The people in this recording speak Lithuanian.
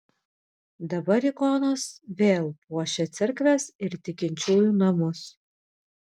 dabar ikonos vėl puošia cerkves ir tikinčiųjų namus